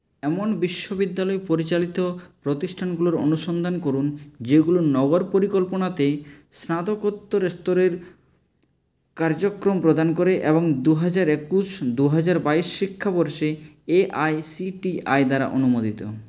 এমন বিশ্ববিদ্যালয় পরিচালিত প্রতিষ্ঠানগুলোর অনুসন্ধান করুন যেগুলো নগর পরিকল্পনাতে স্নাতকোত্তর স্তরের কার্যক্রম প্রদান করে এবং দু হাজার একুশ দুহাজার বাইশ শিক্ষাবর্ষে এআইসিটিই দ্বারা অনুমোদিত